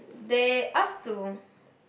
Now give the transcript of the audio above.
they ask to